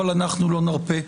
אבל אנחנו לא נרפה.